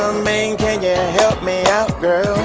tramaine, can you help me out, girl